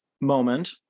moment